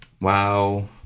Wow